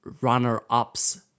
runner-ups